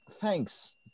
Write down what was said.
Thanks